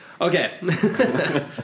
Okay